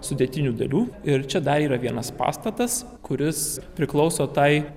sudėtinių dalių ir čia dar yra vienas pastatas kuris priklauso tai